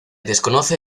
desconoce